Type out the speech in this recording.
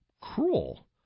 cruel